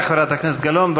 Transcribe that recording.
תודה, חברת הכנסת גלאון.